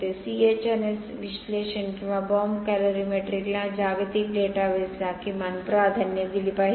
CHNS विश्लेषण किंवा bomb कॅलरीमेट्रिकला जागतिक डेटाबेसला किमान प्राधान्य दिले पाहिजे